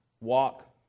Walk